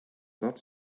got